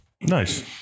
Nice